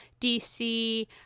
DC